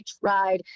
tried